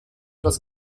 dass